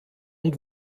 und